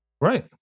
Right